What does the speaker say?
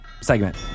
segment